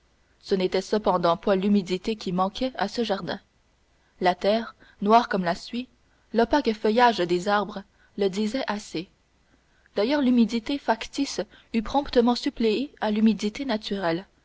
ce n'était cependant point l'humidité qui manquait à ce jardin la terre noire comme de la suie l'opaque feuillage des arbres le disaient assez d'ailleurs l'humidité factice eût promptement suppléé à l'humidité naturelle